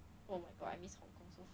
oh my god I miss hong-kong so much